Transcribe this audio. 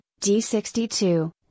D62